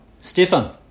Stefan